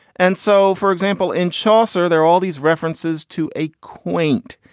and so, for example, in chaucer, there are all these references to a quaint.